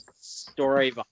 story